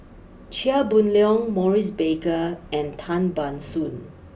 Chia Boon Leong Maurice Baker and Tan Ban Soon